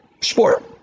sport